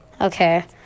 Okay